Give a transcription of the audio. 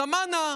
בכמאנה